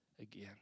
again